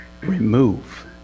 remove